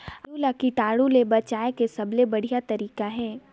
आलू ला कीटाणु ले बचाय के सबले बढ़िया तारीक हे?